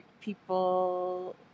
people